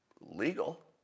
legal